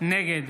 נגד